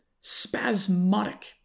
spasmodic